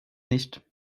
nicht